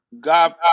god